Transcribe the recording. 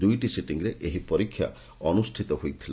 ଦୁଇଟି ସିଟିଂରେ ପରୀକ୍ଷା ଅନୁଷ୍ଟିତ ହୋଇଥିଲା